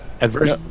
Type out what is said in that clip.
Adverse